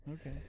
Okay